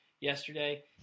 yesterday